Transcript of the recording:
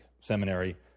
seminary